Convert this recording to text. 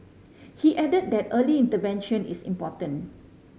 he added that early intervention is important